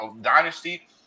dynasty